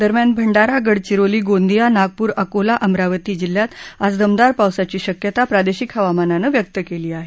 दरम्यान भंडारा गडचिरोली गोंदिया नागपूर अकोला अमरावती जिल्ह्यात आज दमदार पावसाची शक्यता प्रादेशिक हवामानानं व्यक्त केली आहे